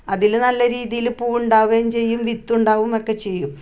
അതിൽ നല്ല രീതിയിൽ പൂവുണ്ടാവുകയും ചെയ്യും വിത്തുണ്ടാവും ഒക്കെ ചെയ്യും